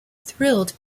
thrilled